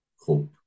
hope